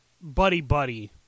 buddy-buddy